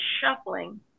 shuffling